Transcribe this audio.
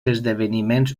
esdeveniments